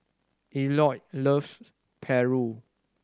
Elliot love paru